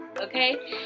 Okay